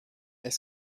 est